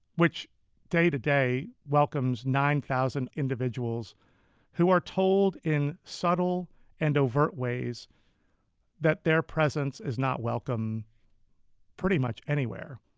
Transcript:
which day to day welcomes nine thousand individuals who are told in subtle and overt ways that their presence is not welcome pretty much anywhere.